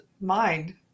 mind